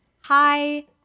Hi